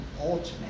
ultimate